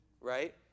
right